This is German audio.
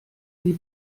wie